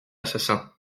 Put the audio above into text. assassin